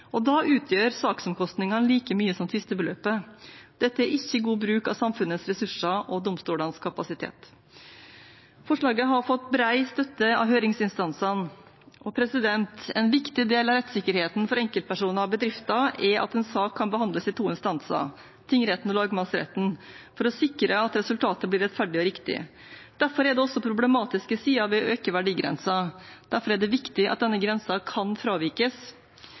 og i tillegg kommer saksomkostninger på 100 000 kr for behandling i tingretten. Da utgjør saksomkostningene like mye som tvistebeløpet. Dette er ikke god bruk av samfunnets ressurser og domstolenes kapasitet. Forslaget har fått bred støtte av høringsinstansene. En viktig del av rettssikkerheten for enkeltpersoner og bedrifter er at en sak kan behandles i to instanser, tingretten og lagmannsretten, for å sikre at resultatet blir rettferdig og riktig. Derfor er det også problematiske sider ved å øke verdigrensen, og derfor er det viktig at denne grensen kan